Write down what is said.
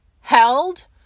held